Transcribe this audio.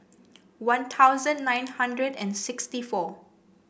One Thousand nine hundred and sixty four